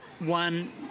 One